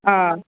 ஆ